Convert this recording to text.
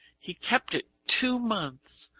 he kept it two months,